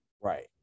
Right